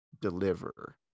deliver